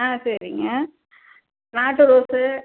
ஆ சரிங்க நாட்டு ரோஸு